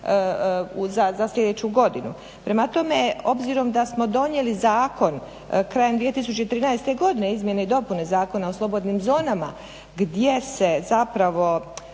za sljedeću godinu. Prema tome, obzirom da smo donijeli zakon krajem 2013. godine, izmjene i dopune Zakona o slobodnim zonama gdje se zapravo